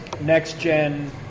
next-gen